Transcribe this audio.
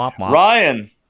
Ryan